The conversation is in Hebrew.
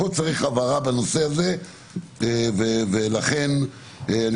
כאן צריך הבהרה בנושא הזה ולכן אני